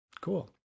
Cool